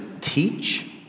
teach